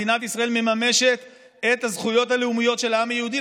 מדינת ישראל מממשת את הזכויות הלאומיות של העם היהודי.